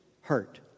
hurt